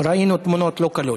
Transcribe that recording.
ראינו תמונות לא קלות.